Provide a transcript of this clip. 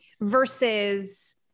Versus